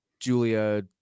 julia